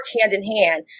hand-in-hand